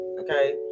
okay